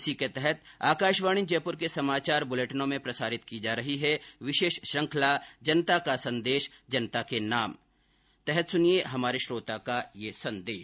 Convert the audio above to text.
इसी के तहत आकाशवाणी जयपुर के समाचार बुलेटिनों में प्रसारित की जा रही विशेष श्रृखंला जनता का संदेश जनता के नाम के तहत सुनिये हमारे श्रोता का संदेश